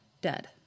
Dead